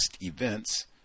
events